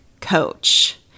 coach